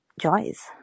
joys